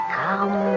come